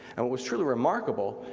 and what was truly remarkable,